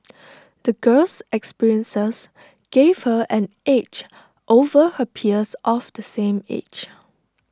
the girl's experiences gave her an edge over her peers of the same age